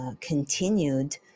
continued